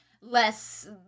less